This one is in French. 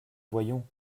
voyons